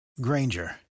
Granger